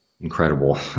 incredible